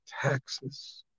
taxes